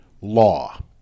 law